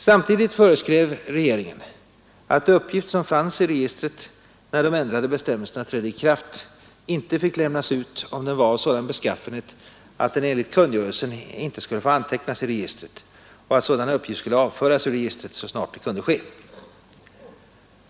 Samtidigt föreskrev regeringen att uppgift som fanns i registret när de ändrade bestämmelserna trädde i kraft inte fick lämnas ut om den var av sådan beskaffenhet att den enligt kungörelsen inte skulle få antecknas i registret och att sådan uppgift skulle avföras ur registret så snart det kunde ske.